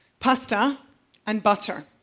pasta and butter.